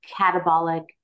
catabolic